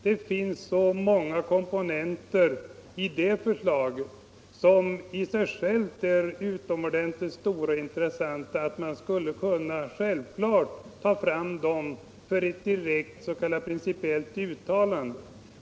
Det finns så många komponenter i det förslaget som i sig själva är utomordentligt stora och intressanta att man självklart skulle kunna ta fram dem för ett direkt s.k. principiellt uttalande.